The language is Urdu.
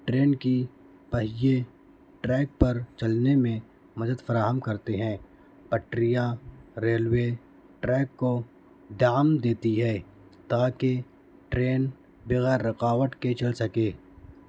ٹرین کی پہیے ٹریک پر چلنے میں مدد فراہم کرتے ہیں پٹریاں ریلوے ٹریک کو دعم دیتی ہے تاکہ ٹرین بغیر رکاوٹ کے چل سکے